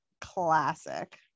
classic